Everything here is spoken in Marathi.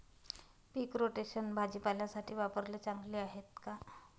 पीक रोटेशन भाजीपाल्यासाठी वापरणे चांगले आहे का?